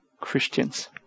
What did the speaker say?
Christians